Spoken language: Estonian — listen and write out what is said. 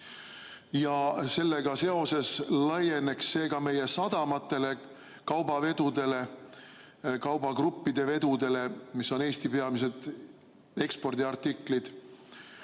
ja sellega seoses laieneks see ka meie sadamatele, kaubavedudele, nende kaubagruppide vedudele, mis on Eesti peamised ekspordiartiklid,